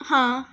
ਹਾਂ